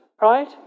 right